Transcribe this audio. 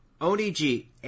Oni-G